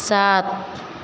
सात